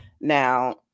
Now